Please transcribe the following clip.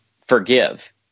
forgive